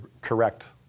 correct